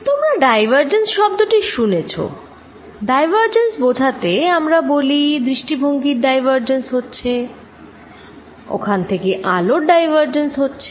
তোমরা ডাইভারজেন্স শব্দটি শুনেছ ডাইভারজেন্স বোঝাতে আমরা বলি দৃষ্টিভঙ্গির ডাইভারজেন্স হচ্ছে ওখান থেকে আলোর ডাইভারজেন্স হচ্ছে